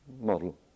model